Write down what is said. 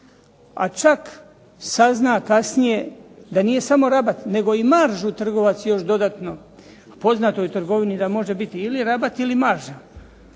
a čak sazna kasnije da nije samo rabat, nego i maržu trgovac još dodatno. Poznato je da u trgovini da može biti ili rabat ili marža.